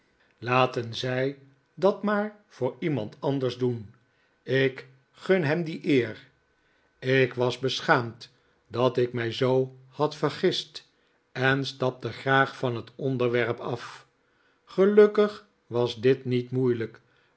laten zij dat maar voor iemand bij steerforth thuis anders doen ik gun hem die eer ik was beschaamd dat ik mij zoo had vergist en stapte graag van hat onderwerp af gelukkig was dit niet moeilijk